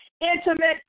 intimate